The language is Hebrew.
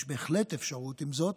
יש בהחלט אפשרות, עם זאת,